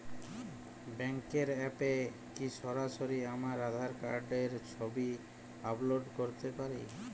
ব্যাংকের অ্যাপ এ কি সরাসরি আমার আঁধার কার্ড র ছবি আপলোড করতে পারি?